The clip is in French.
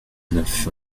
neuf